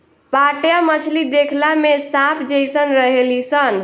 पाटया मछली देखला में सांप जेइसन रहेली सन